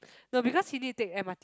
no because he need to take M_R_T